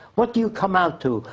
what do you come out to?